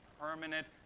permanent